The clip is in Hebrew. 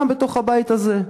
גם בתוך הבית הזה.